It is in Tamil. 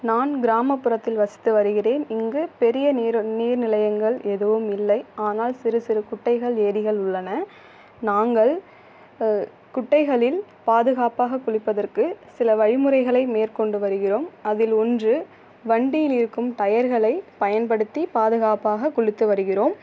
நான் கிராமப்புறத்தில் வசித்து வருகிறேன் இங்கு பெரிய நீர் நீர் நிலையங்கள் எதுவும் இல்லை ஆனால் சிறு சிறு குட்டைகள் ஏரிகள் உள்ளன நாங்கள் குட்டைகளில் பாதுகாப்பாகக் குளிப்பதற்கு சில வழிமுறைகளை மேற்கொண்டு வருகிறோம் அதில் இன்று வண்டியில் இருக்கும் டயர்களைப் பயன்படுத்தி பாதுகாப்பாகக் குளித்து வருகிறோம்